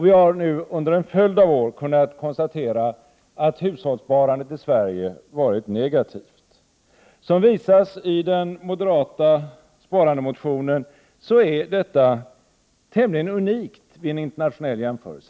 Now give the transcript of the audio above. Vi har under en följd av år kunnat konstatera att hushållssparandet i Sverige varit negativt. Detta är, vilket visas i den moderata motionen om sparande, tämligen unikt vid en internationell jämförelse.